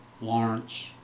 Lawrence